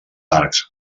arcs